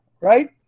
right